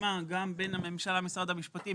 שהוסכמה גם בין הממשלה למשרד המשפטים,